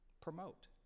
promote